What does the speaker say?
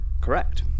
Correct